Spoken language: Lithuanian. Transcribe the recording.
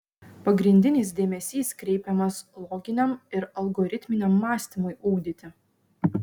pagrindinis dėmesys kreipiamas loginiam ir algoritminiam mąstymui ugdyti